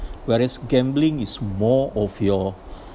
whereas gambling is more of your